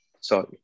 Sorry